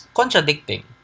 contradicting